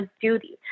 duty